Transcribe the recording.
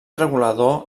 regulador